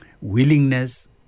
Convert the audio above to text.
Willingness